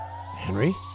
Henry